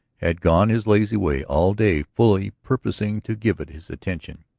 had gone his lazy way all day fully purposing to give it his attention,